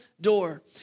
door